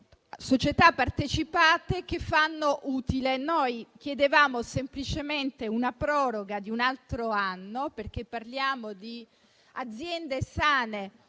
società partecipate che fanno utile. Chiediamo semplicemente una proroga di un altro anno, perché parliamo di aziende sane,